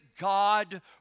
God